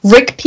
Rick